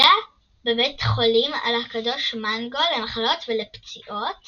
היה בבית חולים של הקדוש מנגו למחלות ולפציעות